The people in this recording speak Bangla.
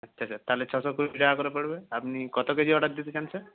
স্যার তাহলে ছশো কুড়ি টাকা করে পড়বে আপনি কত কেজি অর্ডার দিতে চান স্যার